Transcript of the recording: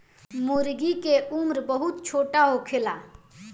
मूर्गी के उम्र बहुत छोट होखेला